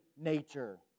nature